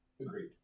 Agreed